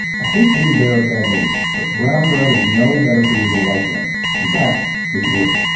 hate to be the bearer of bad news, but brown bread is no better for you than white bread in fact it's worse.